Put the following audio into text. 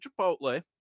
Chipotle